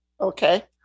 Okay